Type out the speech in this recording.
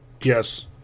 Yes